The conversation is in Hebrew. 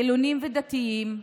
חילונים ודתיים,